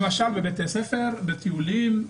למשל בבתי ספר, בטיולים.